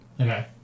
Okay